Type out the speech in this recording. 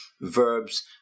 verbs